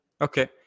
Okay